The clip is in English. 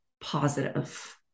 positive